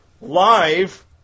live